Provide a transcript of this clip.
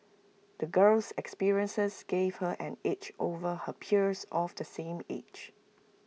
the girl's experiences gave her an edge over her peers of the same age